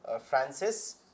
Francis